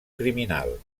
criminal